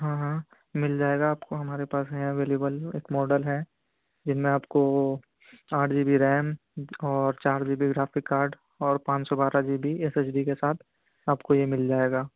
ہاں ہاں مل جائے گا آپ کو ہمارے پاس ہیں اویلیبل ایک ماڈل ہے جس میں آپ کو آٹھ جی بی ریم اور چار جی بی گرافیک کارڈ اور پانچ سو بارہ G B S S D کے ساتھ آپ کو یہ مل جائے گا